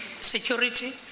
Security